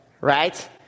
right